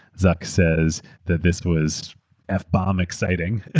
zuck says that this was f bomb exciting.